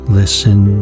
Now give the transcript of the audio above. listen